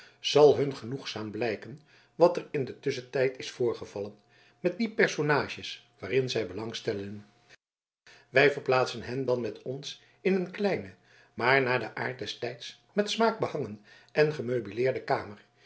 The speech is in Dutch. zal hun genoegzaam blijken wat er in den tusschentijd is voorgevallen met die personages waarin zij belang stellen wij verplaatsen hen dan met ons in een kleine maar naar den aard des tijds met smaak behangen en gemeubileerde kamer